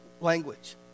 language